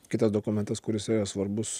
kitas dokumentas kuris yra svarbus